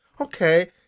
okay